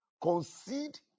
concede